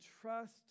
trust